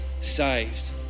saved